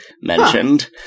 mentioned